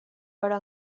però